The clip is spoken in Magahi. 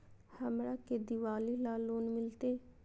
हमरा के दिवाली ला लोन मिलते?